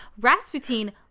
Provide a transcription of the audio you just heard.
Rasputin